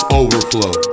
overflow